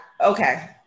okay